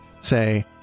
say